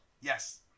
Yes